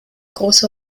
große